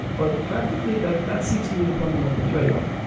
but practically, that that seems to be the fundamental tradeoff.